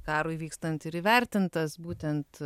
karui vykstant ir įvertintas būtent